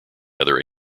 other